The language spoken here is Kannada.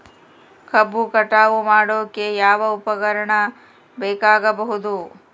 ಕಬ್ಬು ಕಟಾವು ಮಾಡೋಕೆ ಯಾವ ಉಪಕರಣ ಬೇಕಾಗಬಹುದು?